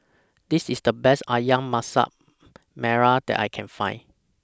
This IS The Best Ayam Masak Merah that I Can Find